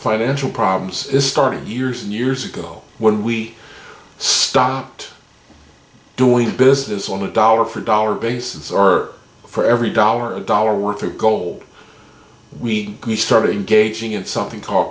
financial problems is started years and years ago when we stopped doing business on a dollar for dollar basis or for every dollar a dollar worth of gold we started engaging in something called